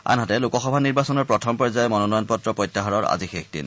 আনহাতে লোকসভা নিৰ্বাচনৰ প্ৰথম পৰ্যায়ৰ মনোনয়ন পত্ৰ প্ৰত্যাহাৰৰ আজি শেষ দিন